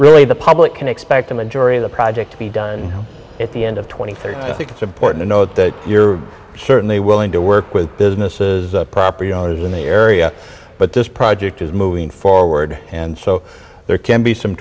really the public can expect a majority of the project to be done at the end of two thousand and three i think it's important to know that you're certainly willing to work with businesses property owners in the area but this project is moving forward and so there can be some